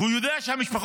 והוא יודע שהמשפחות